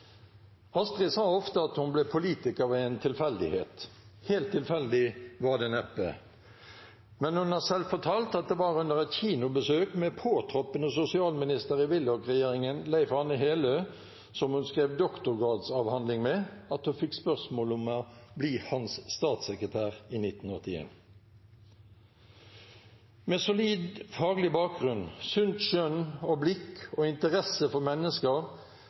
sa ofte at hun ble politiker ved en tilfeldighet. Helt tilfeldig var det neppe, men hun har selv fortalt at det var under et kinobesøk med påtroppende sosialminister i Willoch-regjeringen, Leif Arne Heløe, som hun skrev doktorgradsavhandling med, at hun fikk spørsmålet om å bli hans statssekretær i 1981. Med solid faglig bakgrunn, sunt skjønn og blikk og interesse for mennesker